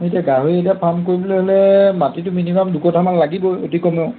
এতিয়া গাহৰি এতিয়া ফাৰ্ম কৰিবলৈ হ'লে মাটিটো মিনিমাম দুই কঠামান লাগিব অতি কমেও